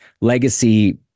legacy